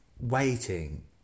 waiting